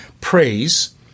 praise